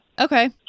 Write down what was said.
Okay